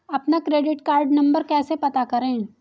अपना credit card number कैसे पता करें?